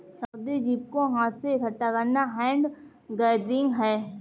समुद्री जीव को हाथ से इकठ्ठा करना हैंड गैदरिंग है